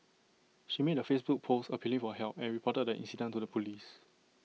she made A Facebook post appealing for help and reported the incident to the Police